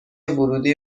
ورودی